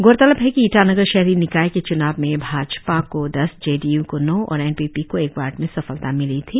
गौरलब है कि ईटानगर शहरी निकाय के च्नाव में भाजपा को दस जे डी यू को नौ और एन पी पी को एक वार्ड में सफलता मिली थी